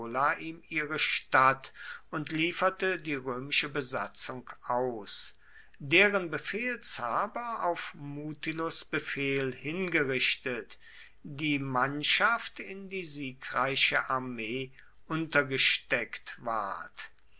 ihre stadt und lieferte die römische besatzung aus deren befehlshaber auf mutilus befehl hingerichtet die mannschaft in die siegreiche armee untergesteckt ward